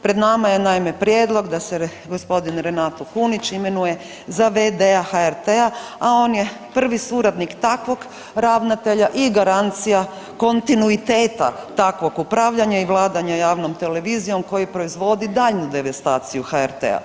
Pred nama je naime, prijedlog da se g. Renato Kunić imenuje za v.d.-a HRT-a, a on je prvi suradnikom takvog ravnatelja i garancija kontinuiteta takvog upravljanja i vladanja javnom televizijom koji proizvodi daljnju devastaciju HRT-a.